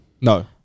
No